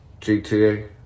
GTA